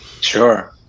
Sure